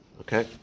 okay